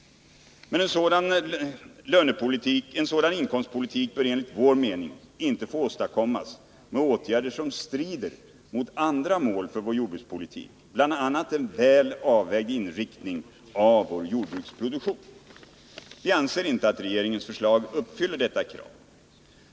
Men en sådan inkomstpolitik bör enligt vår mening inte få åstadkommas med åtgärder som strider mot andra mål för vår jordbrukspolitik, bl.a. en väl avvägd inriktning av vår jordbruksproduktion. Vi anser inte att regeringens förslag uppfyller detta krav.